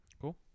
cool